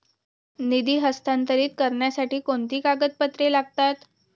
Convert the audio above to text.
निधी हस्तांतरित करण्यासाठी कोणती कागदपत्रे लागतात?